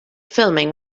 filming